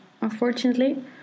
unfortunately